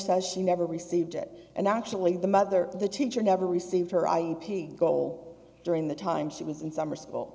says she never received it and actually the mother the teacher never received her i e pay goal during the time she was in summer school